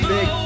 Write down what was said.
Big